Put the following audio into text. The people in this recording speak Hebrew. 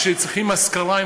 כשצריכים אזכרה,